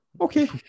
Okay